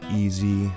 easy